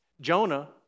Jonah